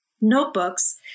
notebooks